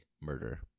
murder